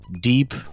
deep